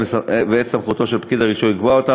ואת סמכותו של פקיד הרישוי לקבוע אותן,